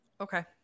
Okay